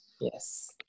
Yes